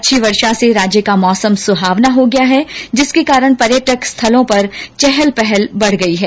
अच्छी वर्षा से राज्य का मौसम सुहाना हो गया है जिसके कारण पर्यटक स्थलों पर चहल पहल बढ गई है